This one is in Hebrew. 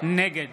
נגד